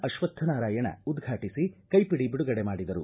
ಅಶ್ವಕ್ಷನಾರಾಯಣ ಉದ್ರಾಟಿಸಿ ಕೈಪಿಡಿ ಬಿಡುಗಡೆ ಮಾಡಿದರು